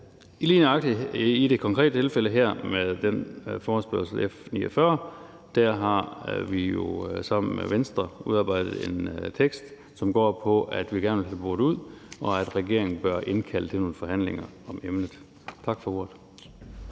det konkrete tilfælde her med forespørgslen F 49 har vi jo sammen med Venstre udarbejdet en tekst, som går på, at vi gerne vil have boret det ud, og at regeringen bør indkalde til nogle forhandlinger om emnet. Tak for ordet.